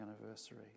anniversary